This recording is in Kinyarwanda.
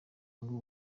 ngo